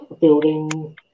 building